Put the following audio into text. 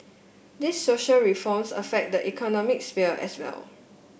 these social reforms affect the economic sphere as well